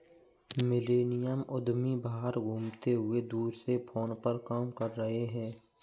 millennial उद्यमी बाहर घूमते हुए दूर से फोन पर काम कर रहे हैं